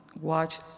watch